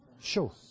Sure